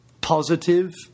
positive